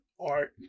art